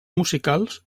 musicals